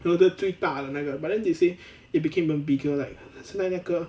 you know that 最大的那个 but then they say it became even bigger like 现在那个